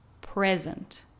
present